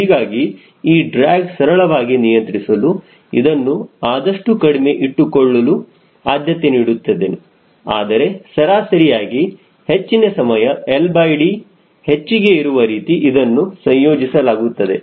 ಹೀಗಾಗಿ ಈ ಡ್ರ್ಯಾಗ್ ಸರಳವಾಗಿ ನಿಯಂತ್ರಿಸಲು ಇದನ್ನು ಆದಷ್ಟು ಕಡಿಮೆ ಇಟ್ಟುಕೊಳ್ಳಲು ಆದ್ಯತೆ ನೀಡುತ್ತೇನೆ ಆದರೆ ಸರಾಸರಿಯಾಗಿ ಹೆಚ್ಚಿನ ಸಮಯ LD ಹೆಚ್ಚಿಗೆ ಇರುವ ರೀತಿ ಇದನ್ನು ಸಂಯೋಜಿಸಲಾಗುತ್ತದೆ